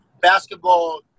basketball